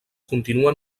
continuen